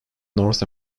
north